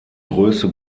größe